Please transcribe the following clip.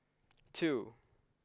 two